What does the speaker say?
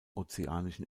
ozeanischen